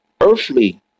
earthly